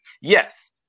yes